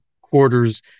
quarter's